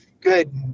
good